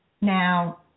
Now